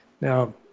Now